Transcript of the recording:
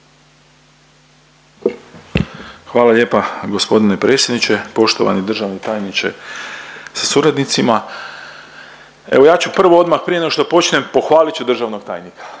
Hvala lijepa g. predsjedniče, poštovani državni tajniče sa suradnicima. Evo ja ću prvo odmah prije nego što počnem pohvalit ću državnog tajnika.